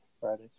Friday